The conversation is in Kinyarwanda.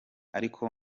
ariko